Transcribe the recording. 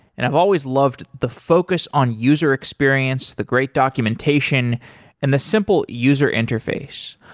and i've always loved the focus on user experience, the great documentation and the simple user interface.